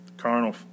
carnal